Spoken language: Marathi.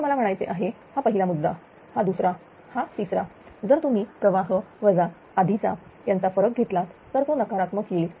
तर मला म्हणायचे आहे हा पहिला मुद्दा हा दुसरा हा तिसरा जर तुम्ही प्रवाह वजा आधीचा यांचा फरक घेतलात तर तो नकारात्मक येईल